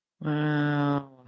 Wow